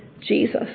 Jesus